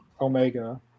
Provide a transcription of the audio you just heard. omega